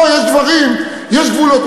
בואי, יש דברים, יש גבולות.